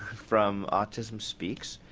from autism speaks.